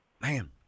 Man